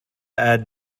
add